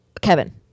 Kevin